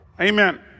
Amen